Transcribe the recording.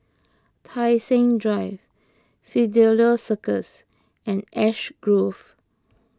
Tai Seng Drive Fidelio Circus and Ash Grove